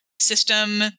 system